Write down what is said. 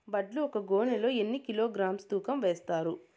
వడ్లు ఒక గోనె లో ఎన్ని కిలోగ్రామ్స్ తూకం వేస్తారు?